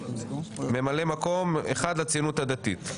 ממלאי מקום: אחד לציונות הדתית.